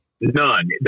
None